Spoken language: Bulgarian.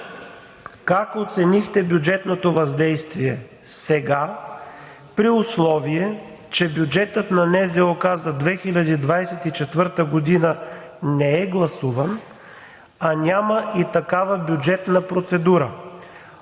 как оценихте бюджетното въздействие сега, при условие че бюджетът на НЗОК за 2024 г. не е гласуван, а няма и такава бюджетна процедура?